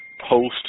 post